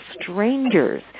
strangers